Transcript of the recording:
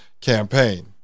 campaign